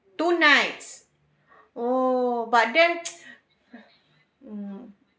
two nights oo but then mm